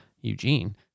eugene